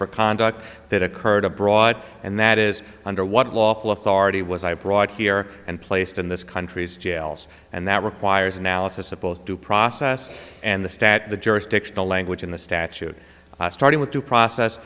for conduct that occurred abroad and that is under what lawful authority was i brought here and placed in this country's jails and that requires analysis of both due process and the stat the jurisdictional language in the statute starting with due process